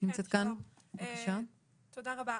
תודה רבה.